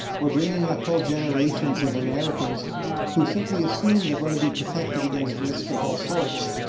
we're bringing up whole generations of americans who simply assume they're going to be protected against risk of all sorts.